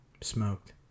smoked